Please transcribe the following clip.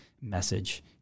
message